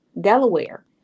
Delaware